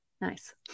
Nice